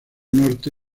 norte